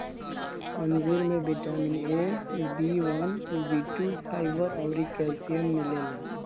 अंजीर में vitamin A, B one, B two, fibre अउरी कैल्शियम मिलेला